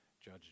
judge